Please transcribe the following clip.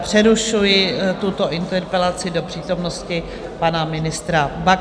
Přerušuji tuto interpelaci do přítomnosti pana ministra Baxy.